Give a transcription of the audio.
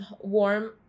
warm